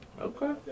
Okay